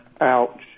Ouch